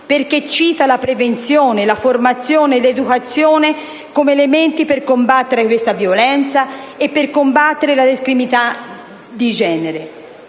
perché cita la prevenzione, la formazione e l'educazione come elementi per combattere questa violenza e per combattere la discriminazione di genere.